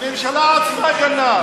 הממשלה עצמה גנבה,